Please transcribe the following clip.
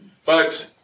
Folks